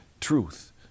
truth